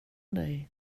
dig